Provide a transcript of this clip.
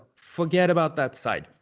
forget about that site.